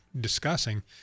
discussing